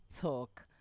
Talk